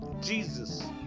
Jesus